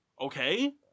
Okay